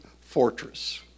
fortress